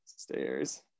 stairs